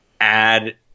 add